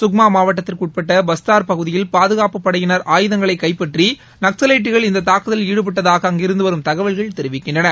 சுக்மா மாவட்டத்திற்கு உட்பட பஸ்டர் பகுதியில் பாதுகாப்புப் படையினர் ஆயுதங்களை கைப்பற்றி நக்ஸலைட்டுகள் இந்த தாக்குதலில் ஈடுபட்டதாக அங்கிருந்து வரும் தகவல்கள் தெரிவிக்கின்றன